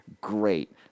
Great